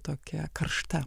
tokia karšta